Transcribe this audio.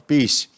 Peace